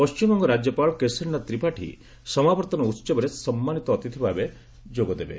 ପଶ୍ଚିମବଙ୍ଗ ରାଜ୍ୟପାଳ କେଶରୀନାଥ ତିପାଠୀ ସମାବର୍ତ୍ତନ ଉତ୍ସବରେ ସମ୍ମାନିତ ଅତିଥି ଭାବେ ଯୋଗ ଦେବେ